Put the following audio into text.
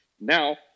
now